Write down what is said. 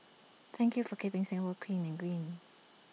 thank you for keeping Singapore clean and green